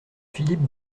philippe